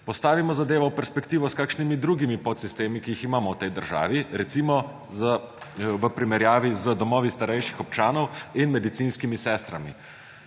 Postavimo zadevo v perspektivo s kakšnimi drugimi podsistemi, ki jih imamo v tej državi, recimo v primerjavi z domovi starejših občanov in medicinskimi sestrami.